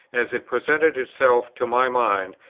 as it presented itself to my mind,